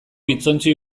hitzontzi